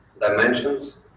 dimensions